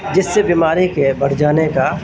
جس سے بیماری کے بڑھ جانے کا